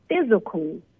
physical